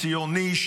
ציוני,